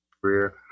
career